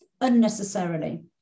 unnecessarily